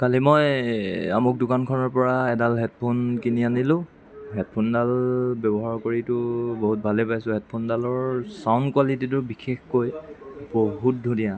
কালি মই আমুক দোকানখনৰ পৰা এডাল হেডফোন কিনি আনিলোঁ হেডফোনডাল ব্যৱহাৰ কৰিতো বহুত ভালে পাইছোঁ হেডফোনডালৰ চাউণ কুৱালিটীটো বিশেষকৈ বহুত ধুনীয়া